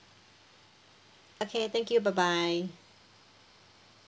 okay thank you bye bye